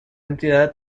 entidad